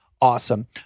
Awesome